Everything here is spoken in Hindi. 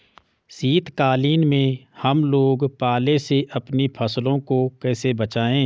शीतकालीन में हम लोग पाले से अपनी फसलों को कैसे बचाएं?